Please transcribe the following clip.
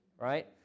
Right